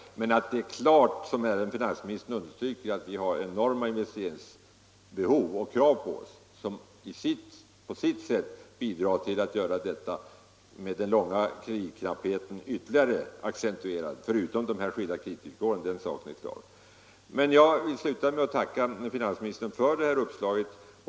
Men som finansministern underströk har vi enorma investeringsbehov och investeringskrav, som tillsammans med de skilda kreditvillkoren bidrar till att' ytterligare accentuera den rådande kreditknappheten. Den saken är klar. Jag skall sluta med att tacka finansministern för det uppslag han här gav.